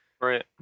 right